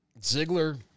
Ziggler